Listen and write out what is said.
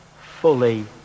fully